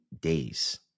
days